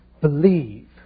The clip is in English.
believe